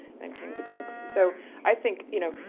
then came to books. so i think, you know,